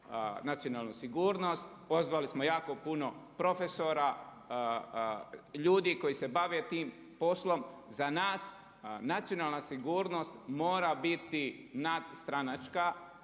nacionalnu sigurnost, pozvali smo jako puno profesora, ljudi koji se bave tim poslom. Za nas nacionalna sigurnost mora biti nadstranačka.